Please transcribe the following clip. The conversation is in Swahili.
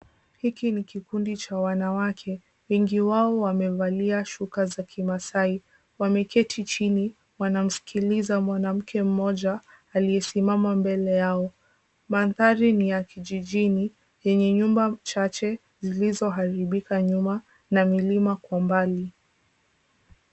Hiki ni kikundi cha wanawake, wengi wao wamevalia shuka za kimaasai wameketi chini wanamsikiliza mwanamke mmoja aliyesimama mbele yao. Mandhari ni ya kijijini, yenye nyumba chache zilizo haribika nyuma na milima kwa mbali.